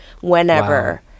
whenever